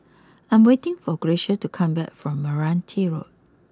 I am waiting for Gracia to come back from Meranti Road